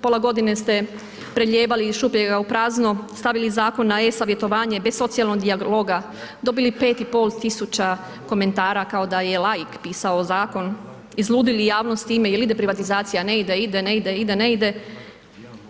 Pola godine ste prelijevali iz šupljega u prazno, stavili zakon na e-savjetovanje bez socijalnog dijalog, dobili 5,5 komentara kao da je laik pisao zakon, izludili javnost time jel ide privatizacija, ne ide, ide, ne ide, ide, ne ide,